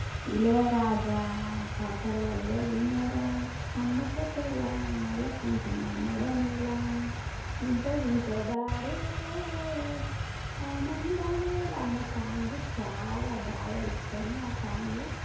ఇళయరాజా పాటలల్లో వినరా అమ్మకచెల్ల ఆలకించి నమ్మడ మెలా వింత వింత దారుల్లో ఆనంద వేళ అన్న సాంగు చాలా బాగా ఇష్టము ఆ సాంగు